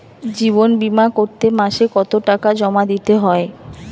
জীবন বিমা করতে মাসে কতো টাকা জমা দিতে হয়?